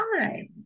time